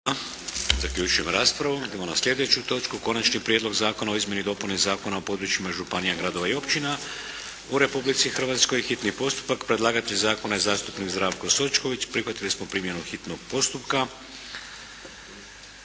Zaključujem raspravu. **Šeks, Vladimir (HDZ)** Konačni prijedlog Zakona o izmjeni i dopuni Zakona o područjima županija, gradova i općina u Republici Hrvatskoj. Predlagatelj Zakona je zastupnik Zdravko Sočković. Za donošenja Zakona potrebna